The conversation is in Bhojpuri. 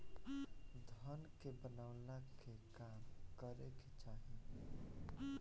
धन के बनवला के काम करे के चाही